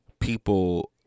people